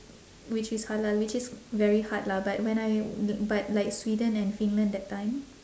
which is halal which is very hard lah but when I but like sweden and finland that time